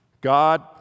God